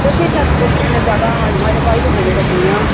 के के छ घुम्ने जगा अनि मैले कहिल्यै घुमेको छुइनँ